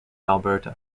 alberta